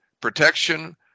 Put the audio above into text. protection